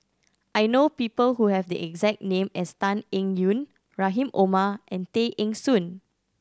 I know people who have the exact name as Tan Eng Yoon Rahim Omar and Tay Eng Soon